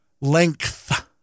Length